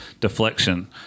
deflection